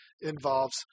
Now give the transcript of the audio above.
involves